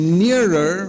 nearer